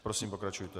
Prosím, pokračujte.